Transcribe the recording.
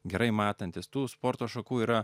gerai matantis tų sporto šakų yra